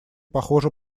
похоже